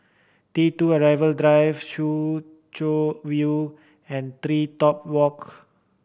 T Two Arrival Drive Soo Chow You and Three Top Walk